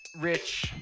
Rich